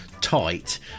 tight